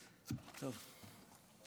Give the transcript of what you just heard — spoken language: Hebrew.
טוב,